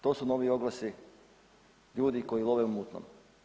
To su novi oglasi ljudi koji love u mutnom.